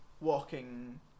walking